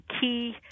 key